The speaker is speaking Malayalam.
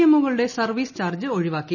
എം കളുടെ സർവ്വീസ് ചാർജ് ഒഴിവാക്കി